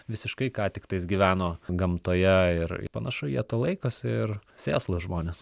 visiškai ką tik tais gyveno gamtoje ir panašu jie to laikosi ir sėslūs žmonės